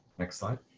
next slide.